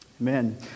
Amen